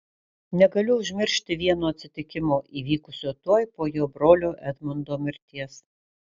negaliu užmiršti vieno atsitikimo įvykusio tuoj po jo brolio edmundo mirties